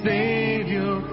Savior